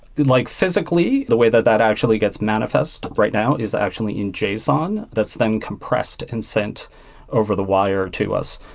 like physically, the way that that actually gets manifest right now is actually in json. that's then compressed and sent over the wire to us.